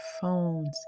phones